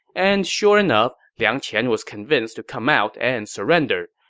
and sure enough, liang qian was convinced to come out and surrender.